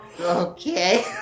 Okay